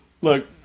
Look